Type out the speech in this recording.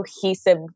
cohesive